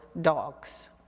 dogs